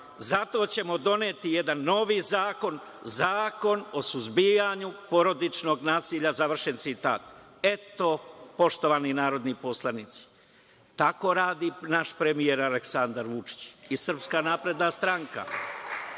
Zato ćemo doneti jedan novi zakon, zakon o suzbijanju porodičnog nasilja“, završen citat. Eto, poštovani narodni poslanici. Tako radi naš premijer Aleksandar Vučić i SNS po sistemu retko